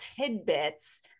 tidbits